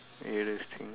weirdest thing